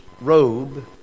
robe